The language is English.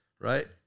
Right